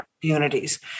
communities